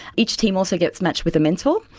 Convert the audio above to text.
each team also gets matched with a mentor,